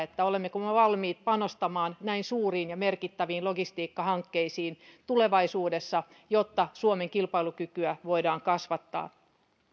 olemmeko me valmiit panostamaan näin suuriin ja merkittäviin logistiikkahankkeisiin tulevaisuudessa jotta suomen kilpailukykyä voidaan kasvattaa